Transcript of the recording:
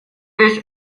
ich